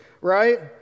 right